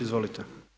Izvolite.